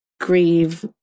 grieve